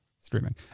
streaming